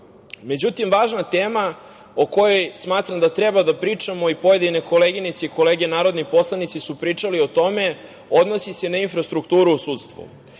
naroda.Međutim, važna tema o kojoj smatram da treba da pričamo i pojedine koleginice i kolege narodni poslanici su pričali o tome, odnosi se na infrastrukturu u sudstvu.